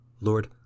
Lord